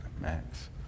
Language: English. max